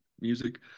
music